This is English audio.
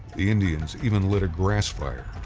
the indians even lit a grass fire.